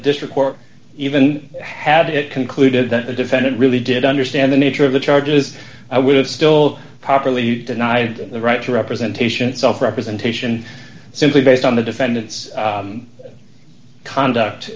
report even had it concluded that the defendant really did understand the nature of the charges i would have still properly denied the right to representation itself representation simply based on the defendant's conduct